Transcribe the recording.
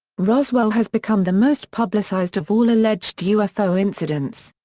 roswell has become the most publicized of all alleged ufo incidents.